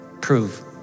Prove